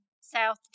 South